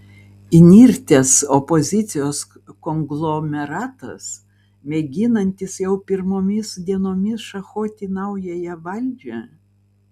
įnirtęs opozicijos konglomeratas mėginantis jau pirmomis dienomis šachuoti naująją valdžią